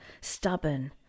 stubborn